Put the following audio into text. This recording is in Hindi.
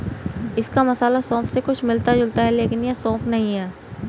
इसका मसाला सौंफ से कुछ मिलता जुलता है लेकिन यह सौंफ जैसा नहीं है